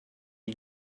you